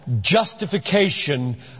justification